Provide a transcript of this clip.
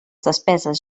despeses